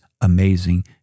amazing